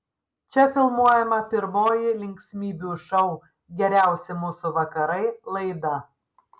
čia filmuojama pirmoji linksmybių šou geriausi mūsų vakarai laida